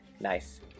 Nice